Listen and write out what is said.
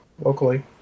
locally